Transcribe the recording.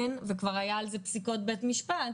וכבר היה על זה פסיקות בית משפט.